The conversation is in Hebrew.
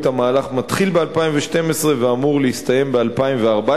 המהלך מתחיל ב-2012 ואמור להסתיים ב-2014.